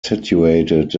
situated